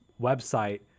website